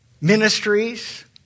ministries